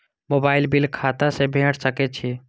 Mobile bill खाता से भेड़ सके छि?